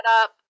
up